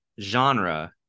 genre